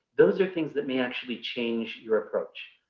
those are things that may actually change your approach.